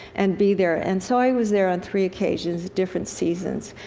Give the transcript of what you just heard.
and be there. and so i was there on three occasions, different seasons.